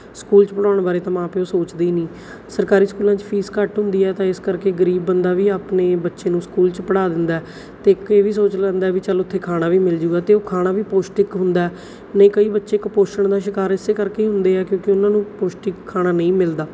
school 'ਚ ਪੜ੍ਹਾਉਣ ਬਾਰੇ ਤਾਂ ਮਾਂ ਪਿਓ ਸੋਚਦੇ ਹੀ ਨਹੀਂ ਸਰਕਾਰੀ ਸਕੂਲਾਂ 'ਚ ਫੀਸ ਘੱਟ ਹੁੰਦੀ ਹੈ ਤਾਂ ਇਸ ਕਰਕੇ ਗਰੀਬ ਬੰਦਾ ਵੀ ਆਪਣੇ ਬੱਚੇ ਨੂੰ ਸਕੂਲ 'ਚ ਪੜ੍ਹਾ ਦਿੰਦਾ ਅਤੇ ਇੱਕ ਇਹ ਵੀ ਸੋਚ ਲੈਂਦਾ ਵੀ ਚਲੋ ਉੱਥੇ ਖਾਣਾ ਵੀ ਮਿਲ ਜਾਊਗਾ ਅਤੇ ਉਹ ਖਾਣਾ ਵੀ ਪੌਸ਼ਟਿਕ ਹੁੰਦਾ ਨਹੀਂ ਕਈ ਬੱਚੇ ਕੁਪੋਸ਼ਣ ਦਾ ਸ਼ਿਕਾਰ ਇਸੇ ਕਰਕੇ ਹੀ ਹੁੰਦੇ ਆ ਕਿਉਂਕਿ ਉਹਨਾਂ ਨੂੰ ਪੌਸ਼ਟਿਕ ਖਾਣਾ ਨਹੀਂ ਮਿਲਦਾ